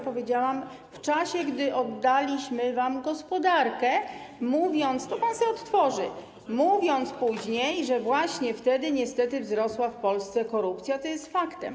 Powiedziałam: w czasie, gdy oddaliśmy wam gospodarkę - to pan sobie odtworzy - mówiąc później, że właśnie wtedy niestety wzrosła w Polsce korupcja, co jest faktem.